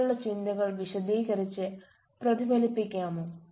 നിങ്ങളുടെ ചിന്തകൾ വിശദീകരിച്ച് പ്രതിഫലിപ്പിക്കാമോ